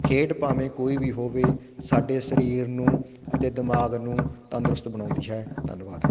ਖੇਡ ਭਾਵੇਂ ਕੋਈ ਵੀ ਹੋਵੇ ਸਾਡੇ ਸਰੀਰ ਨੂੰ ਅਤੇ ਦਿਮਾਗ ਨੂੰ ਤੰਦਰੁਸਤ ਬਣਾਉਂਦੀ ਹੈ ਧੰਨਵਾਦ